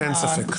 אין ספק.